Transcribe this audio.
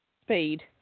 speed